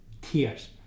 tears